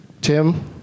Tim